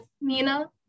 Nina